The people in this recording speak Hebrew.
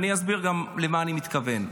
אסביר למה אני מתכוון.